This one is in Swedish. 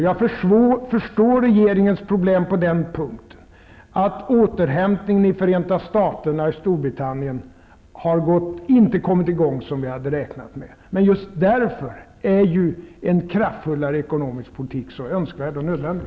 Jag förstår regeringens problem på den punkten. Storbritannien har inte kommit i gång så som man hade räknat med. Det är därför som en kraftfullare ekonomisk politik är så önskvärd och nödvändig.